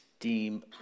Deem